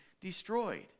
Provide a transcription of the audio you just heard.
destroyed